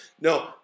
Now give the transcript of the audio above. No